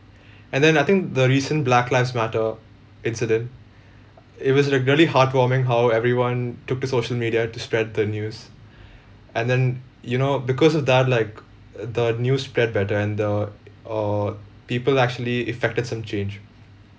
and then I think the recent black lives matter incident it was re~ really heartwarming how everyone took to social media to spread the news and then you know because of that like the news spread better and the err people actually effected some change